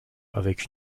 avec